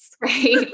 Right